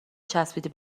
چسبیدی